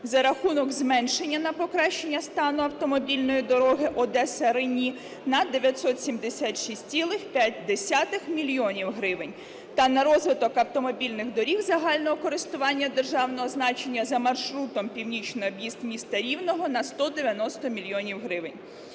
за рахунок зменшення на покращення стану автомобільної дороги Одеса – Рені на 976,5 мільйонів гривень та на розвиток автомобільних доріг загального користування державного значення за маршрутом "північний об'їзд міста Рівного" на 190 мільйонів